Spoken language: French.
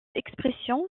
expression